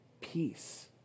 peace